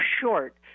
short